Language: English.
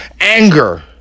anger